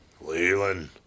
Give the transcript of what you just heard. Leland